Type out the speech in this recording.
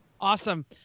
Awesome